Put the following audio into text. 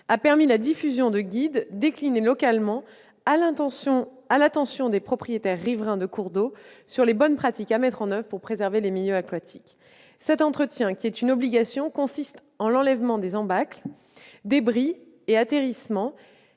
a permis la diffusion de guides déclinés localement, à l'attention des propriétaires riverains de cours d'eau, sur les bonnes pratiques à mettre en oeuvre pour préserver les milieux aquatiques. Cet entretien, qui est une obligation, consiste en l'enlèvement des embâcles, débris et atterrissements